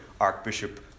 Archbishop